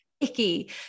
icky